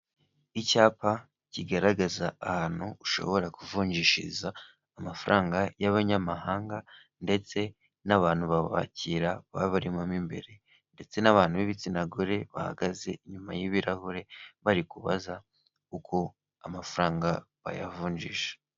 Icyapa kigaragaza ahantu ushobora kuvunjishiriza amafaranga y'abanyamahanga ndetse n'abantu babakira baba barimo mu imbere ndetse n'abantu b'ibitsina gore bahagaze inyuma y'ibirahure, bari kubaza uko amafaranga bayavunjisha.